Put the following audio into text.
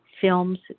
films